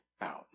out